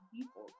people